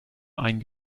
ein